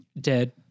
dead